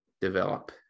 develop